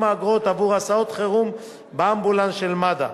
האגרות עבור הסעות חירום באמבולנס של מד"א.